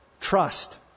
Trust